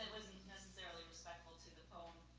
and wasn't necessarily disciple to the poem,